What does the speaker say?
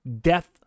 death